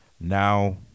now